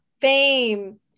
fame